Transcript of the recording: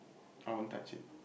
I won't touch it